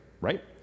Right